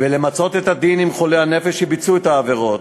ולמצות את הדין עם חולי הנפש שביצעו את העבירות,